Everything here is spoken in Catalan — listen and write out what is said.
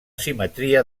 simetria